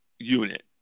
unit